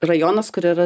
rajonas kur yra